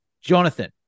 jonathan